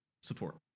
support